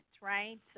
right